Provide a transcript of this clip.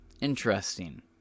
interesting